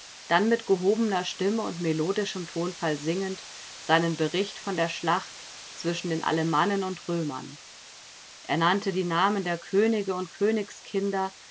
dann mit gehobener stimme und melodischem tonfall singend seinen bericht von der schlacht zwischen den alemannen und römern er nannte die namen der könige und königskinder